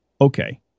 okay